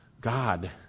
God